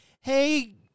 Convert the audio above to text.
hey